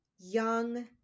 young